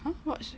!huh! what's